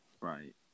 Right